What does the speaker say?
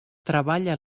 treballa